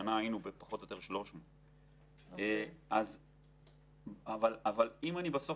השנה היו בערך 300. לסיכום,